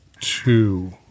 two